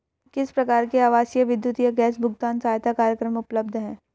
किस प्रकार के आवासीय विद्युत या गैस भुगतान सहायता कार्यक्रम उपलब्ध हैं?